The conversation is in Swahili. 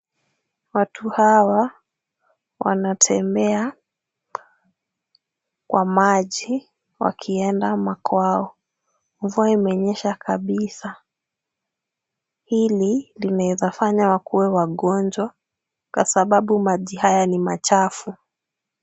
Watu hawa wanatembea kwa maji wakienda makwao. Mvua imenyesha kabisa. Hili linawezafanya wakue wagonjwa kwa sababu maji haya ni machafu.